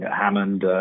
Hammond